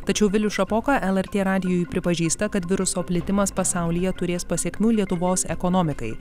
tačiau vilius šapoka lrt radijui pripažįsta kad viruso plitimas pasaulyje turės pasekmių lietuvos ekonomikai